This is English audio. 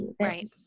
right